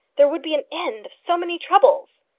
there would be an end of so many troubles!